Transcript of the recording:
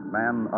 man